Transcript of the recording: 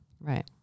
right